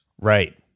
Right